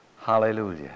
hallelujah